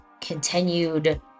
continued